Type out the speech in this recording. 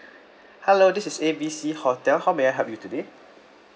hello this is A B C hotel how may I help you today